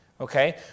Okay